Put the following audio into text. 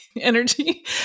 energy